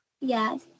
yes